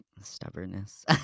stubbornness